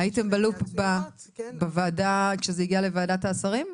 הייתם בלופ בוועדה כשזה הגיע לוועדת השרים?